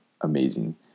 amazing